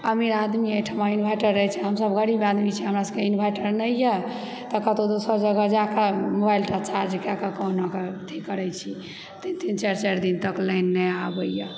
अमीर आदमी ओहिठमा इन्वर्टर रहै छै हमसभ गरीब आदमी छी हमरा सबके इन्वर्टर नहि यऽ तऽ कतौ दोसर जगह जाके मोबाइलटा चार्ज कएकऽ कहुनाकऽ अथी करै छियै तऽ तीन तीन चारि चारि दिन तक लाइन नहि आबैए